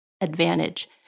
advantage